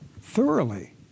thoroughly